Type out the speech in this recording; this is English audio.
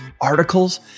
articles